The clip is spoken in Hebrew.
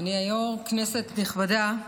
אדוני היושב-ראש, כנסת נכבדה,